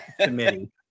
committee